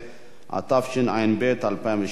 התשע"ב 2012,